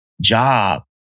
job